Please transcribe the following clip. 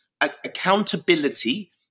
Accountability